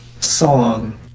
song